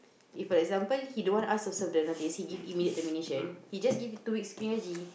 if for example he don't want us to serve the notice he give immediate termination he just give it two weeks clear he